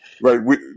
right